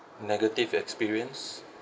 negative experience